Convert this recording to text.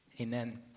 amen